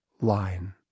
line